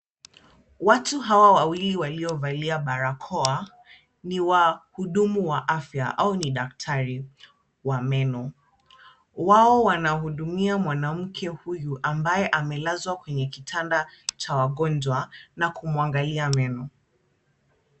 Watu hawa wawili waliovalia barakoa, ni wahudumu wa afya au ni daktari wa meno. Wao wanahudumia mwanamke huyu, ambaye amelazwa kwenye kitanda cha wagonjwa na kumuangalia meno.